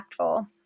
impactful